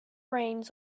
reins